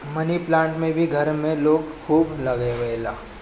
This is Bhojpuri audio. मनी प्लांट भी घर में लोग खूब लगावेला